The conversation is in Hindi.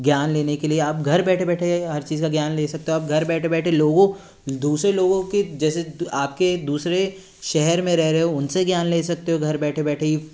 ज्ञान लेने के लिए आप घर बैठे बैठे हर चीज़ का ज्ञान ले सकते हो आप घर बैठे बैठे लोगों दूसरे लोगों की जैसे आपके दूसरे शहर में रह रहे हो उनसे ज्ञान ले सकते हो घर बैठे बैठे